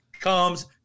comes